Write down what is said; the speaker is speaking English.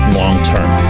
long-term